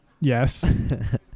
Yes